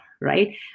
right